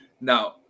Now